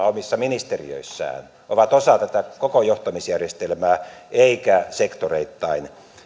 omissa ministeriöissään ovat osa tätä koko johtamisjärjestelmää eikä sektoreittain